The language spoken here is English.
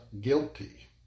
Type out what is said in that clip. guilty